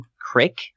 Crick